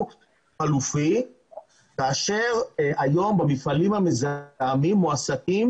חלופי כאשר היום במפעלים המזהמים מועסקים